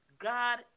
God